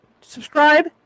subscribe